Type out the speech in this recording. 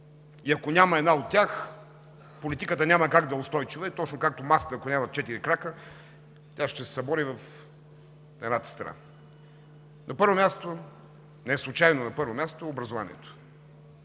и ако няма една от тях – политиката няма как да е устойчива, е точно както масата, ако няма четири крака, тя ще се събори в едната страна. Неслучайно на първо място е образованието.